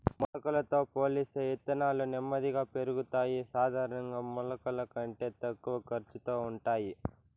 మొలకలతో పోలిస్తే ఇత్తనాలు నెమ్మదిగా పెరుగుతాయి, సాధారణంగా మొలకల కంటే తక్కువ ఖర్చుతో ఉంటాయి